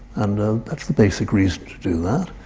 and that's the basic reason to do that.